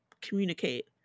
communicate